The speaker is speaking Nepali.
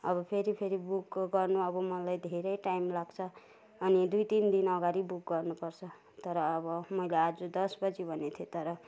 अब फेरि फेरि बुकको गर्नु अब मलाई घेरै टाइम लाग्छ अनि दुई तिन दिन अगाडि बुक गर्नु पर्छ तर अब मैले आज दस बजी भनेको थिएँ तर